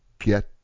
get